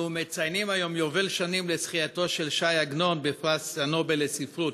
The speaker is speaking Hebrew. אנחנו מציינים היום יובל לזכייתו של ש"י עגנון בפרס נובל לספרות.